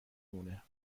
مونه